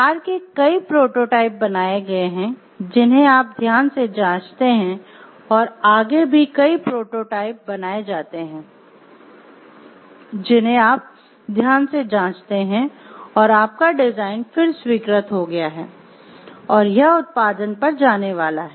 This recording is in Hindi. कार के कई प्रोटोटाइप बनाए गए हैं जिन्हें आप ध्यान से जांचते हैं और आगे भी कई प्रोटोटाइप बनाए जाते हैं जिन्हें आप ध्यान से जांचते हैं और आपका डिजाइन फिर स्वीकृत हो गया है और यह उत्पादन पर जाने वाला है